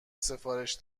سفارش